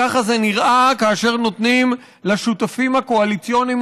ככה זה נראה כאשר נותנים לשותפים הקואליציוניים